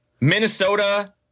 Minnesota